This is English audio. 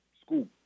school